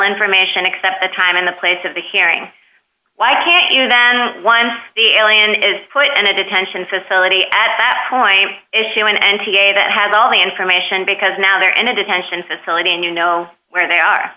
information except the time in the place of the hearing why can't you then once the alien is put in a detention facility at that point it's human n t a that has all the information because now they're in a detention facility and you know where they are